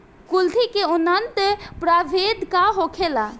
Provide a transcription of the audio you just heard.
कुलथी के उन्नत प्रभेद का होखेला?